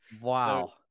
Wow